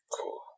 Cool